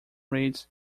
reads